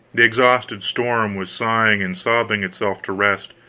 the exhausted storm was sighing and sobbing itself to rest.